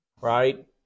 right